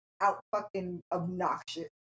out-fucking-obnoxious